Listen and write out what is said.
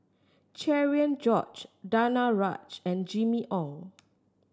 Cherian George Danaraj and Jimmy Ong